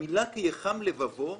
הביטוי" "כי יחם לבבו"